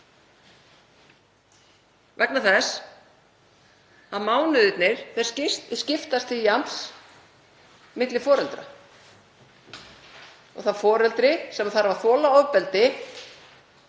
snerist. Mánuðirnir skiptast til jafns milli foreldra og það foreldri sem þarf að þola ofbeldi